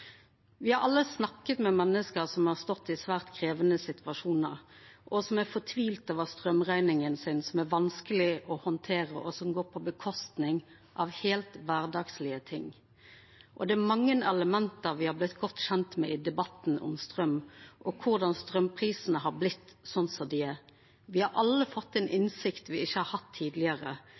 har alle snakka med menneske som har stått i svært krevjande situasjonar, og som er fortvila over straumrekninga si som er vanskeleg å handtere, og som går ut over heilt kvardagslege ting. Det er mange element me er blitt godt kjende med i debatten om straum og korleis straumprisane er blitt slik dei er. Me har alle fått ei innsikt me ikkje har hatt tidlegare.